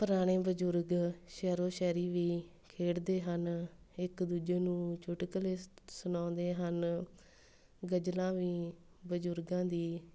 ਪੁਰਾਣੇ ਬਜ਼ੁਰਗ ਸ਼ੈਰੋ ਸ਼ਾਇਰੀ ਵੀ ਖੇਡਦੇ ਹਨ ਇੱਕ ਦੂਜੇ ਨੂੰ ਚੁਟਕਲੇ ਸ ਸੁਣਾਉਂਦੇ ਹਨ ਗਜ਼ਲਾਂ ਵੀ ਬਜ਼ੁਰਗਾਂ ਦੀ